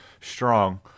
strong